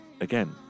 again